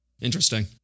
Interesting